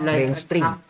mainstream